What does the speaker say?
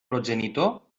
progenitor